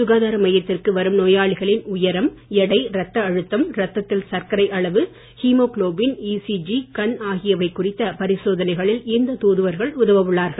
சுகாதார மையத்திற்கு வரும் நோயாளிகளின் உயரம் எடை ரத்த அழுத்தம் ரத்தத்தில் சர்க்கரை அளவு ஹீமோகுளோபின் ஈசிஜி கண் ஆகியவை குறித்த பரிசோதனைகளில் இந்த தூதுவர்கள் உதவ உள்ளார்கள்